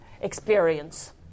Experience